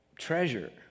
treasure